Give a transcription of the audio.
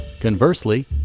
Conversely